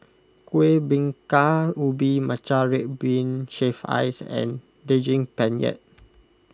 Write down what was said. Kuih Bingka Ubi Matcha Red Bean Shaved Ice and Daging Penyet